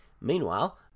Meanwhile